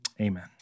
Amen